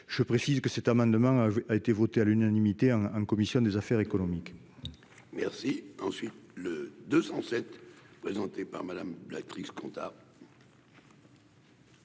je précise que cet amendement a été voté à l'unanimité en en commission des affaires économiques. Merci, ensuite le 207 présenté par Madame, l'actrice compta.